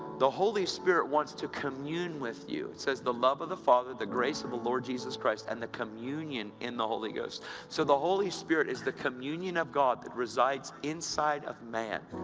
the holy spirit wants to commune with you. it says the love of the father, the grace of the lord jesus christ, and the communion in the holy ghost so the holy spirit is the communion of god that resides inside of man,